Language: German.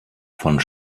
von